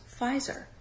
Pfizer